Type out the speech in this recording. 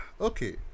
Okay